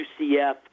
UCF